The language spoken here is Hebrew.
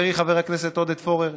חברי חבר הכנסת עודד פורר,